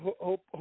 Hope